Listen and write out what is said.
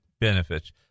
benefits